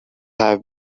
have